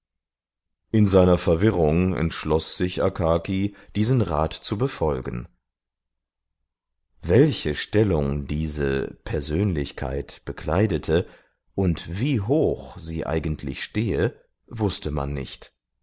in seiner verwirrung entschloß sich akaki diesen rat zu befolgen welche stellung diese persönlichkeit bekleidete und wie hoch sie eigentlich stehe wußte man nicht